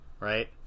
right